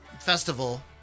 festival